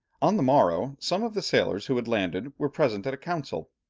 on the morrow, some of the sailors who had landed, were present at a council.